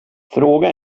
fråga